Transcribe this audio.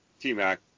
T-Mac